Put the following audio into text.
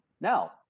now